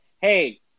hey